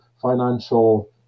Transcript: financial